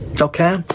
Okay